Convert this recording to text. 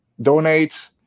donate